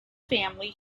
family